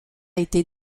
été